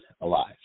alive